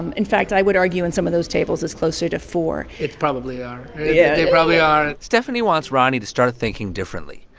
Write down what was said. in fact, i would argue, in some of those tables, it's closer to four point it's probably are. yeah, they probably are stephani wants roni to start thinking differently.